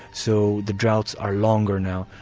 so the droughts are longer now.